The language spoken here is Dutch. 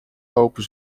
lopen